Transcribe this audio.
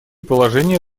положения